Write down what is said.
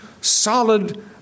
solid